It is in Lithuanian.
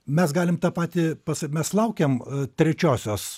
mes galim tą patį pas mes laukiam trečiosios